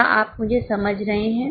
क्या आप मुझे समझ रहे हैं